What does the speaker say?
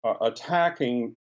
attacking